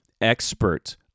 expert